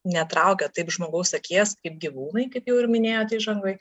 netraukia taip žmogaus akies kaip gyvūnai kaip jau ir minėjot įžangoj